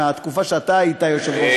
מהתקופה שאתה היית יושב-ראש,